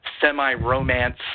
semi-romance